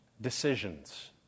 decisions